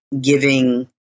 giving